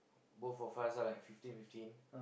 both of us lah like fifteen fifteen